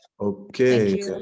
okay